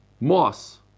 Moss